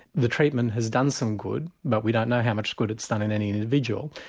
the treatment has done some good but we don't know how much good it's done in any individual.